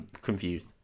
confused